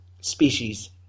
Species